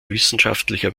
wissenschaftlicher